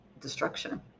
destruction